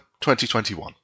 2021